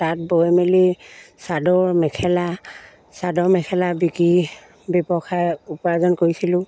তাত বৈ মেলি চাদৰ মেখেলা চাদৰ মেখেলা বিকি ব্যৱসায় উপাৰ্জন কৰিছিলোঁ